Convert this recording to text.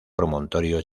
promontorio